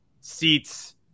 seats